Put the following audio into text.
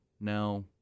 Now